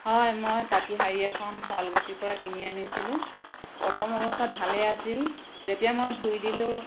হয় মই তাঁতী শাৰী এখন শুৱালকুছিৰ পৰা কিনি আনিছিলোঁ প্ৰথম অৱস্থাত ভালেই আছিল যেতিয়া মই ধুই দিলোঁ